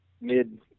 mid